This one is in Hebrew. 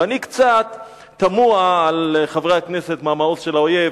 ואני קצת תמה על חברי הכנסת מהמעוז של האויב,